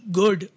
good